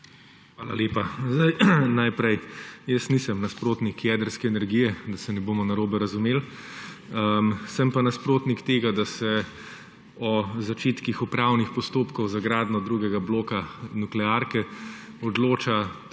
Hvala lepa. Jaz nisem nasprotnik jedrske energije, da se ne bomo narobe razumeli, sem pa nasprotnik tega, da se o začetnih upravnih postopkov za gradnjo drugega bloka nuklearke odloča